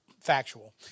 factual